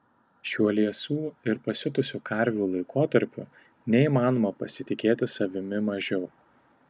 šiuo liesų ir pasiutusių karvių laikotarpiu neįmanoma pasitikėti savimi mažiau